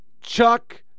Chuck